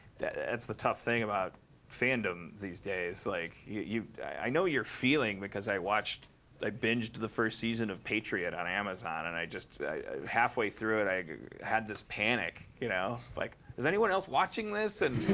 that's the tough thing about fandom these days. like i i know your feeling. because i watched i binged the first season of patriot on amazon. and i just halfway through it, i i had this panic, you know? like, is anyone else watching this? and